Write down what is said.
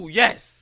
yes